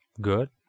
good